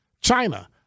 China